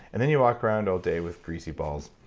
and then you walk around all day with greasy balls,